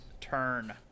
turn